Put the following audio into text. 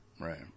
Right